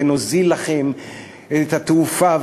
ונוזיל לכם את התעופה,